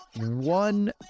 one